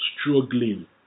struggling